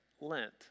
Lent